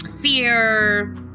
fear